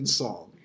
song